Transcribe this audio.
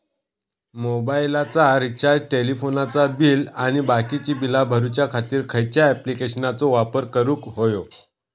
मोबाईलाचा रिचार्ज टेलिफोनाचा बिल आणि बाकीची बिला भरूच्या खातीर खयच्या ॲप्लिकेशनाचो वापर करूक होयो?